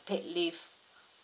paid leave